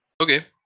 Okay